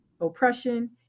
oppression